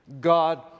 God